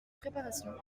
préparation